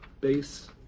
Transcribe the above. base